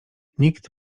nikt